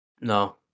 No